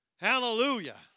Hallelujah